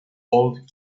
old